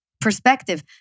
perspective